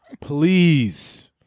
Please